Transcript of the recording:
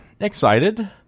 excited